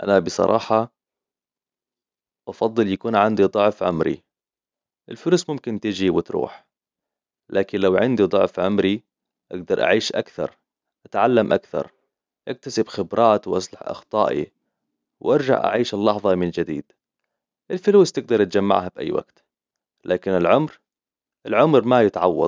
أنا بصراحة أفضل يكون عندي ضعف أمري. الفلوس ممكن تجي وتروح. لكن لو عندي ضعف أمري أقدر أعيش أكثر، أتعلم أكثر، أكتسب خبرات وأصلح أخطائي، وأرجع أعيش اللحظة من جديد. الفلوس تقدر تجمعها في أي وقت. لكن العمر، العمر ما يتعوض.